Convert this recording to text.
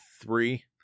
three